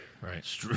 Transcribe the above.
Right